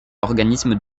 organismes